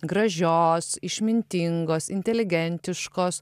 gražios išmintingos inteligentiškos